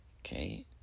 Okay